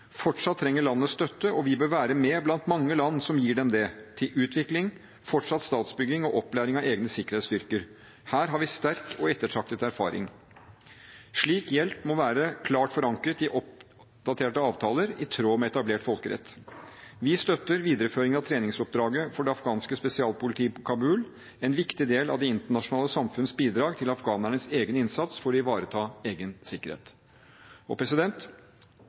Fortsatt trenger landet støtte, og vi bør være med blant mange land som gir dem det – til utvikling, fortsatt statsbygging og opplæring av egne sikkerhetsstyrker. Her har vi sterk og ettertraktet erfaring. Slik hjelp må være klart forankret i oppdaterte avtaler i tråd med etablert folkerett. Vi støtter videreføringen av treningsoppdraget for det afghanske spesialpolitiet i Kabul – en viktig del av det internasjonale samfunns bidrag til afghanernes egen innsats for å ivareta egen sikkerhet.